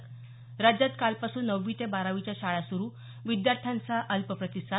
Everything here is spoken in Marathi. स राज्यात कालपासून नववी ते बारावीच्या शाळा सुरू विद्यार्थ्यांचा अल्प प्रतिसाद